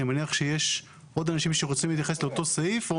אני מניח שיש עוד אנשים שרוצים להתייחס לאותו סעיף.